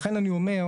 לכן אני אומר,